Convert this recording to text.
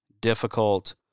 difficult